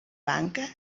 banca